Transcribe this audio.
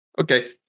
Okay